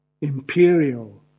imperial